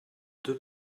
deux